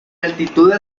altitudes